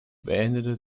beendete